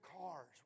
cars